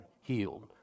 healed